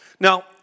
Now